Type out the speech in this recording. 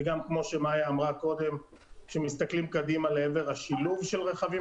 וגם כמו שמאיה אמרה קודם כשמסתכלים קדימה לעבר השילוב של רכבים